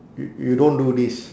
y~ you don't do this